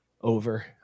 over